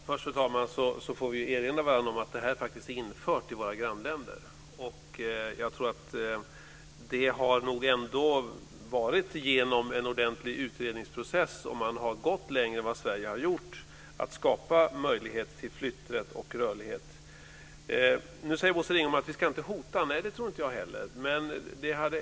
Fru talman! Vi får erinra varandra om att detta faktiskt är infört i våra grannländer. Det har nog ändå varit en ordentlig utredningsprocess, och man har gått längre än Sverige i att skapa möjligheter till flytträtt och rörlighet. Nu säger Bosse Ringholm att vi inte ska hota. Nej, det tror inte jag heller att vi ska göra.